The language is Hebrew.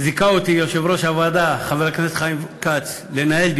זיכה אותי יושב-ראש הוועדה חבר הכנסת חיים כץ לנהל,